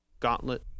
gauntlet